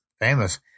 famous